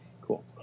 cool